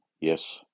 Yes